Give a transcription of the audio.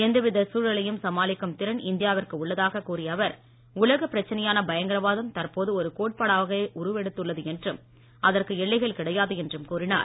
எந்த வித சூழலையும் சமாளிக்கும் திறன் இந்தியாவிற்கு உள்ளதாக கூறிய அவர் உலகப் பிரச்சனையான பயங்கரவாதம் தற்போது ஒரு கோட்பாடகவே உருவெடுத்துள்ளது என்றும் அதற்கு எல்லைகள் கிடையாது என்றும் கூறினார்